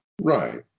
Right